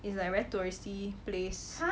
is like very touristy place